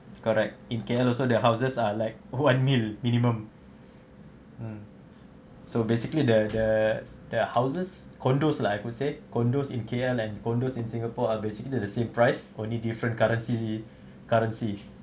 correct in K_L also the houses are like one mil minimum mm so basically the the the houses condos lah I could say condos in K_L and condos in singapore are basically the same price only different currency currency